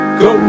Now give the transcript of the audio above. go